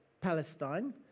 Palestine